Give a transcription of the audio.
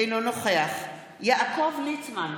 אינו נוכח יעקב ליצמן,